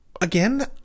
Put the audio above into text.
Again